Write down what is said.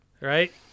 Right